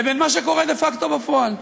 לבין מה שקורה דה פקטו, בפועל.